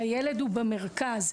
שהילד הוא במרכז,